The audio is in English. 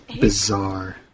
bizarre